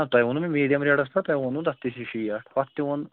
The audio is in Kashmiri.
نہ تۄہہِ ووٚنُو مےٚ میٖڈیَم ریٹَس پٮ۪ٹھ تۄہہِ ووٚنوُ تتھ تہِ ہِشی ریٹ ہۄتھ تہِ ووٚنُہ